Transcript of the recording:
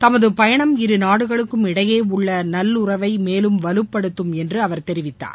தமது பயணம் இருநாடுகளுக்கும் இடையே உள்ள நல்லுறவை மேலும் வலுப்படுத்தும் என்று அவர் தெரிவித்தார்